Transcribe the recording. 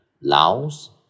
Laos